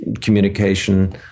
communication